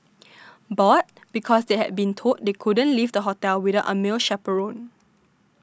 bored because they had been told they couldn't leave the hotel without a male chaperone